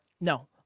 no